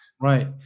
Right